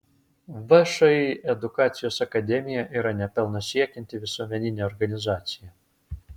všį edukacijos akademija yra ne pelno siekianti visuomeninė organizacija